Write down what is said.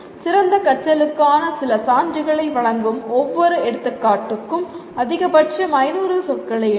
சிறந்த கற்றலுக்கான சில சான்றுகளை வழங்கும் ஒவ்வொரு எடுத்துக்காட்டுக்கும் அதிகபட்சம் 500 சொற்களை எழுதுங்கள்